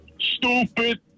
Stupid